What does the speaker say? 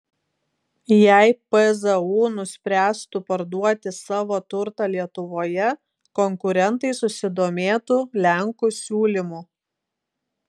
jei pzu nuspręstų parduoti savo turtą lietuvoje konkurentai susidomėtų lenkų siūlymu